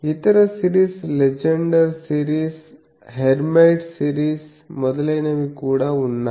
ఇతర series Legendre series Hermite series మొదలైనవి కూడా ఉన్నాయి